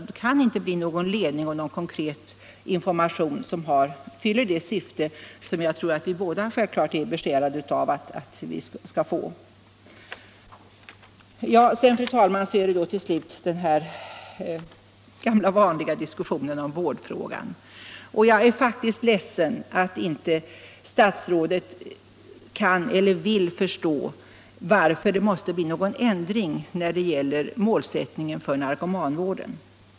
Man kan inte åstadkomma någon konkret ledning och information som fyller det syfte som jag tror att vi båda är besjälade av. Jag kommer så till slut, fru talman, till den gamla vanliga diskussionen om vårdfrågan. Jag är faktiskt ledsen att inte statsrådet kan eller vill förstå varför det måste bli en ändring när det gäller målsättningen för narkomanvården.